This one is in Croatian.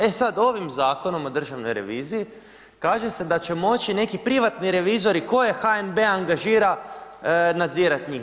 E sada, ovim Zakonom o Državnoj reviziji kaže se da će moći neki privatni revizori koje HNB-e angažira nadzirati njih.